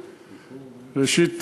ראשית,